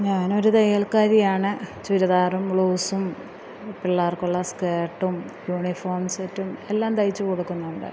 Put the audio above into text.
ഞാനൊരു തയ്യൽക്കാരിയാണ് ചുരിദാറും ബ്ലൗസും പിള്ളേർക്കുള്ള സ്കേട്ടും യൂണിഫോം സെറ്റും എല്ലാം തയ്ച്ച് കൊടുക്കുന്നുണ്ട്